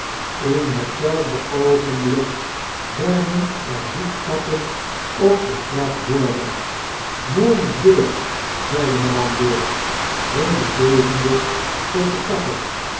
in hetzelfde oogenblik werden er voetstapen op de trap hoorbaar mon dieu zeide madame dor hevig bevende tot de kachel